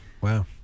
wow